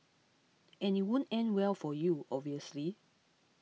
and it won't end well for you obviously